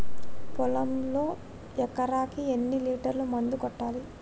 పొలంలో ఎకరాకి ఎన్ని లీటర్స్ మందు కొట్టాలి?